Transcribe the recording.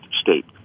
state